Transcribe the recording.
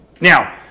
Now